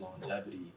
longevity